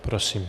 Prosím.